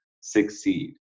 succeed